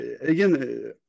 again